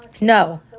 no